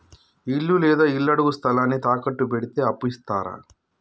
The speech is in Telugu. ఇల్లు లేదా ఇళ్లడుగు స్థలాన్ని తాకట్టు పెడితే అప్పు ఇత్తరా?